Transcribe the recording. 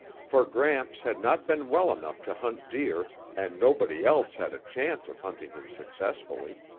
for gramps had not been well enough to hunt deer and nobody else had a chance of hunting him successfully.